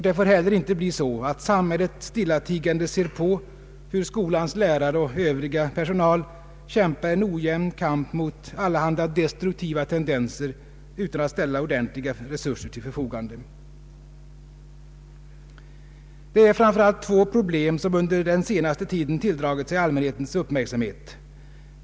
Det får inte heller bli så att samhället stillatigande ser på, hur skolans lärare och övrig personal kämpar en ojämn kamp mot allehanda destruktiva tendenser utan att man ställer erforderliga resurser till förfogande. Det är framför allt två problem som under den senaste tiden tilldragit sig allmänhetens uppmärksamhet.